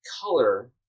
color